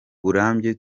burambye